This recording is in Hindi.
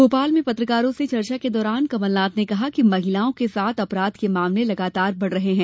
भोपाल में पत्रकारों से चर्चा के दौरान कमलनाथ ने कहा कि महिलाओं के साथ अपराध के मामले लगातार बढते जा रहे है